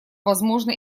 возможно